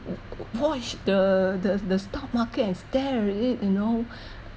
w~ w~ watch the the the stock market and stare at it you know